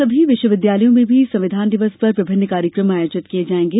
कल सभी विश्वविद्यालयों में भी संविधान दिवस पर विभिन्न कार्यक्रम आयोजित किये जायेंगे